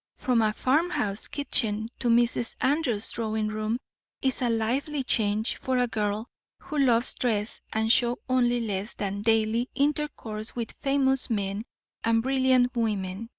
from a farmhouse kitchen to mrs. andrews's drawing-room is a lively change for a girl who loves dress and show only less than daily intercourse with famous men and brilliant women.